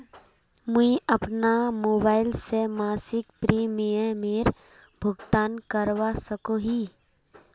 मुई अपना मोबाईल से मासिक प्रीमियमेर भुगतान करवा सकोहो ही?